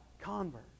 convert